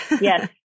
Yes